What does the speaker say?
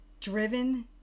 driven